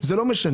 זה לא משנה.